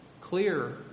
clear